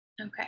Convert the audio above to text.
Okay